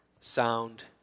sound